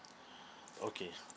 okay